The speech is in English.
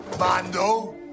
Mando